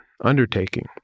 undertaking